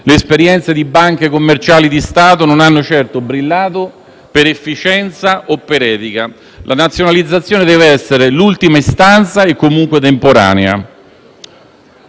Paese, le banche commerciali di Stato non hanno certo brillato per efficienza o etica. La nazionalizzazione deve essere l'ultima istanza e, comunque, temporanea.